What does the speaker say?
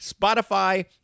Spotify